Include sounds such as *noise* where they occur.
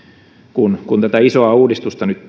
kun kun tätä isoa uudistusta nyt *unintelligible*